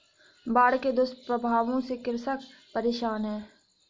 बाढ़ के दुष्प्रभावों से कृषक परेशान है